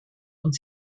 und